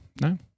No